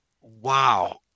Wow